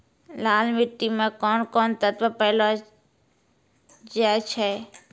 लाल मिट्टी मे कोंन कोंन तत्व पैलो जाय छै?